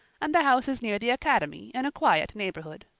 and the house is near the academy, in a quiet neighborhood.